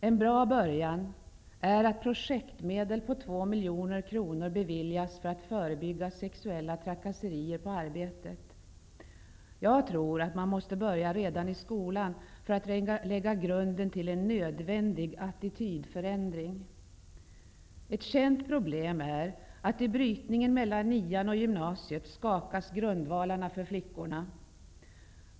En bra början är att projektmedel på två miljoner kronor beviljas för att förebygga sexuella trakasserier på arbetet. Jag tror att man måste börja redan i skolan för att lägga grunden till en nödvändig attitydförändring. Ett känt problem är att i brytningen mellan nian och gymnasiet skakas grundvalarna för flickorna.